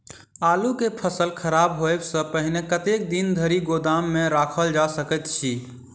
आलु केँ फसल खराब होब सऽ पहिने कतेक दिन धरि गोदाम मे राखल जा सकैत अछि?